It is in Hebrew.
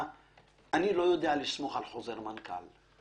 אני לא יודע לסמוך על חוזר מנכ"ל,